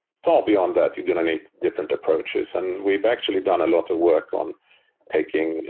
far beyond that, you're going to need different approaches. and we've actually done a lot of work on taking,